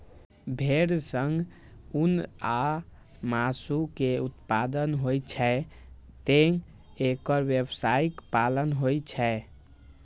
भेड़ सं ऊन आ मासु के उत्पादन होइ छैं, तें एकर व्यावसायिक पालन होइ छै